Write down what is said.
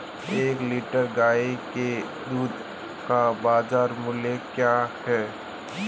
एक लीटर गाय के दूध का बाज़ार मूल्य क्या है?